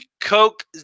Coke